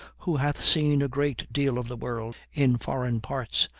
who hath seen a great deal of the world in foreign parts,